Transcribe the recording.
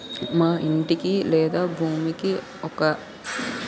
మా ఇంటికి లేదా భూమికి ఒకరికన్నా ఎక్కువ వాటాదారులు ఉన్నప్పుడు నాకు లోన్ పొందే అర్హత ఉందా?